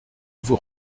vous